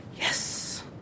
Yes